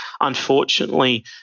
unfortunately